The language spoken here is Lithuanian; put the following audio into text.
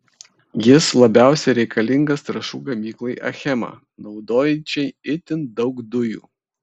jis labiausiai reikalingas trąšų gamyklai achema naudojančiai itin daug dujų